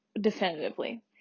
definitively